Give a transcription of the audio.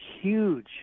huge